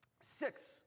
Six